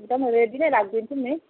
एकदम रेडी नै राखिदिन्छु नि